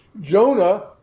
Jonah